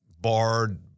barred